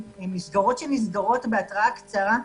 מסגרות שנסגרות בהתראה קצרה.